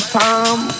time